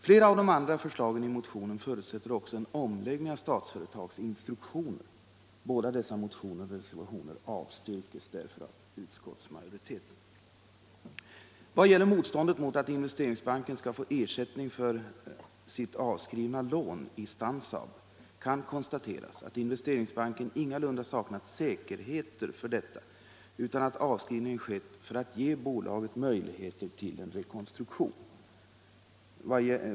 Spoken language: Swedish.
Flera av de andra förslagen i motionen förutsätter också en omläggning av Statsföretags instruktioner. Båda dessa motioner och reservationer avstyrks därför av utskottsmajoriteten. Vad gäller motståndet mot att Investeringsbanken skall få ersättning för sitt avskrivna lån i Stansaab Elektronik AB kan konstateras att Investeringsbanken ingalunda saknat säkerheter för detta, utan att avskrivningen skett för att ge bolaget möjligheter till en rekonstruktion.